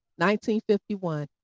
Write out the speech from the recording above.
1951